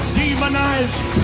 demonized